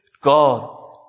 God